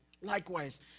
Likewise